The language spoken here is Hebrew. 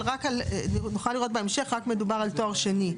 נוכל לראות בהמשך, מדובר רק על תואר שני.